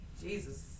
Jesus